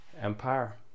empire